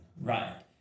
Right